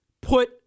Put